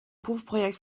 proefproject